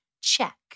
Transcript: Check